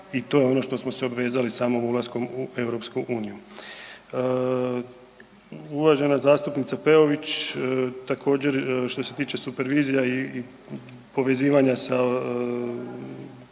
i to je ono što smo se obvezali samim ulaskom u EU. Uvažena zastupnica Peović također što se tiče supervizija i povezivanja sa